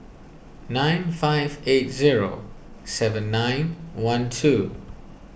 nine five eight zero seven nine one two